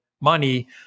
money